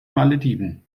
malediven